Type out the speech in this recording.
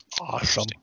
Awesome